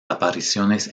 apariciones